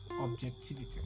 objectivity